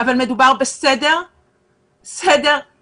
אבל מדובר בסדר לאומי.